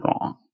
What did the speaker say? wrong